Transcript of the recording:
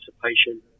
participation